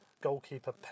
goalkeeper